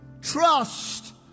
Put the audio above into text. trust